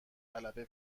غلبه